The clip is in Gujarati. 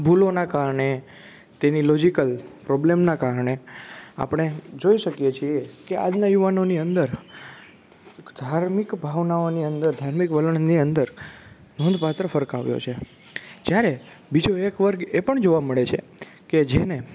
ભૂલોના કારણે તેની લોજીકલ પ્રોબ્લેમના કારણે આપણે જોઈ શકીએ છીએ કે આજના યુવાનોની અંદર ધાર્મિક ભાવનાઓની અંદર ધાર્મિક વલણની અંદર નોંધ પાત્ર ફર્ક આવ્યો છે જ્યારે બીજો એક વર્ગ એ પણ જોવા મળે છે કે જેને